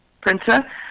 printer